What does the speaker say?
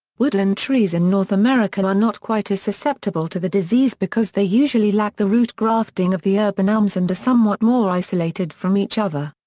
woodland trees in north america are not quite as susceptible to the disease because they usually lack the root-grafting of the urban elms and are somewhat more isolated from each other.